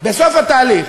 בסוף התהליך,